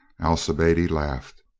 alcibiade laughed.